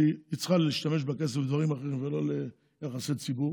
היא צריכה להשתמש בכסף לדברים אחרים ולא ליחסי ציבור,